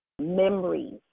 memories